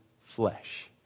flesh